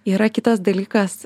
yra kitas dalykas